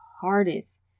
hardest